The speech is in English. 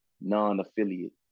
non-affiliate